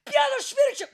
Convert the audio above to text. pienu švirkščia